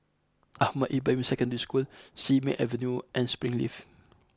Ahmad Ibrahim Secondary School Simei Avenue and Springleaf